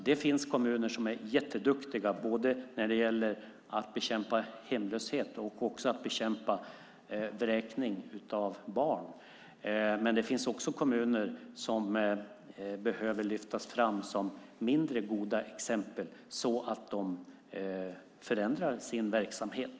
Det finns kommuner som är jätteduktiga när det gäller både att bekämpa hemlöshet och att bekämpa vräkning av barn. Men det finns också kommuner som behöver lyftas fram som mindre goda exempel, så att de förändrar sin verksamhet.